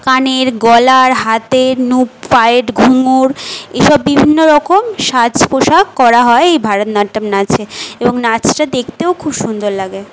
কানের গলার হাতের নুপ পায়ের ঘুঙুর এইসব বিভিন্নরকম সাজপোশাক করা হয় এই ভরতনাট্যম নাচে এবং নাচটা দেখতেও খুব সুন্দর লাগে